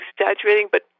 exaggerating—but